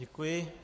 Děkuji.